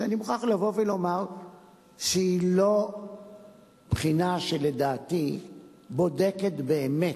שאני מוכרח לבוא ולומר שהיא לא בחינה שלדעתי בודקת באמת,